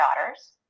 daughters